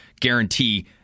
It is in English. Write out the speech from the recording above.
guarantee